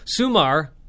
Sumar